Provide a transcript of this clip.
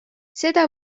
seda